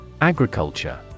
Agriculture